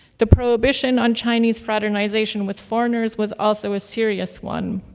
the prohibition on chinese fraternization with foreigners was also a serious one.